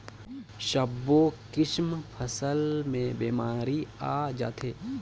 सब्बो किसम फसल मे बेमारी आ जाथे